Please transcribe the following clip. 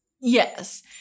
Yes